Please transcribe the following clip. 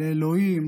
לאלוהים,